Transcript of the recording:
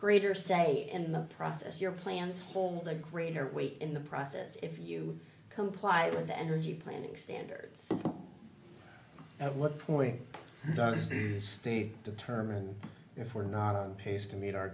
greater say in the process your plans for the greater weight in the process if you comply with the energy planning standards at what point does the state determine if we're not on pace to meet our